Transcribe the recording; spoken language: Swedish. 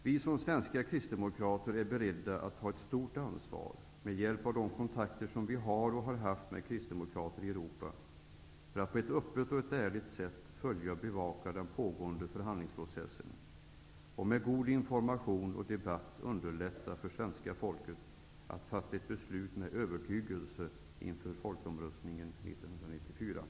Vi som svenska kristdemokrater är beredda att ta ett stort ansvar med hjälp av de kontakter som vi har haft och har med kristdemokrater i Europa för att på ett öppet och ärligt sätt följa och bevaka den pågående förhandlingsprocessen och med god information och debatt underlätta för svenska folket att inför folkomröstningen 1994 fatta ett beslut med övertygelse.